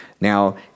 Now